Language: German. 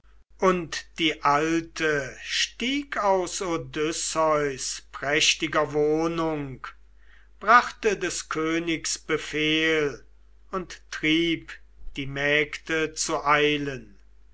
und die alte stieg aus odysseus prächtiger wohnung brachte des königs befehl und trieb die mägde zu eilen